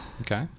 Okay